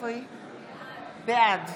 בעד